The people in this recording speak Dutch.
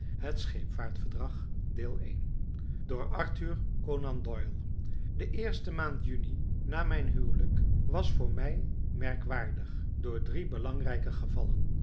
scheepvaart verdrag de eerste maand juni na mijn huwelijk was voor mij merkwaardig door drie belangrijke gevallen